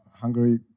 Hungary